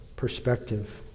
perspective